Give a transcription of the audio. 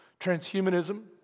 Transhumanism